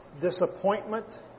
disappointment